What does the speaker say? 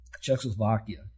Czechoslovakia